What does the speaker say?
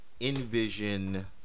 envision